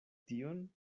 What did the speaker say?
tion